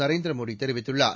நரேந்திர மோடி தெரிவித்துள்ளார்